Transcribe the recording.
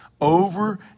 over